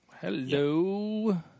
hello